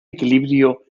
equilibrio